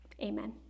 Amen